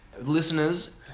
listeners